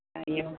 అయ్యో